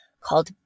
called